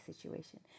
situation